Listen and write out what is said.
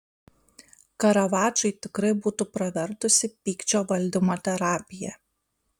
karavadžui tikrai būtų pravertusi pykčio valdymo terapija